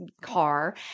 car